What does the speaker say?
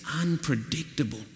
unpredictable